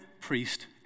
priest